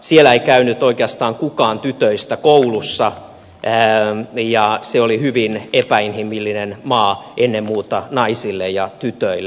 siellä ei käynyt oikeastaan kukaan tytöistä koulussa ja se oli hyvin epäinhimillinen maa ennen muuta naisille ja tytöille